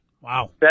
Wow